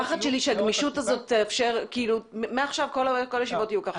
הפחד שלי הוא שמעכשיו כל הישיבות יהיו כך.